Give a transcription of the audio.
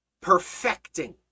perfecting